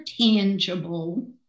tangible